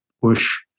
push